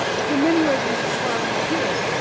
it's in many ways an inspiring ideal,